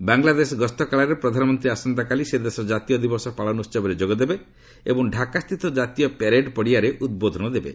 ବାଂଲାଦେଶ ଗସ୍ତ କାଳରେ ପ୍ରଧାନମନ୍ତ୍ରୀ ଆସନ୍ତାକାଲି ସେ ଦେଶର ଜାତୀୟ ଦିବସ ପାଳନ ଉହବରେ ଯୋଗଦେବେ ଏବଂ ଢ଼ାକାସ୍ଥିତ ଜାତୀୟ ପ୍ୟାରେଡ୍ ପଡିଆରେ ଉଦ୍ବୋଧନ ଦେବେ